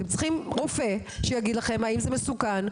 אתם צריכים רופא שיגיד לכם האם זה מסוכן,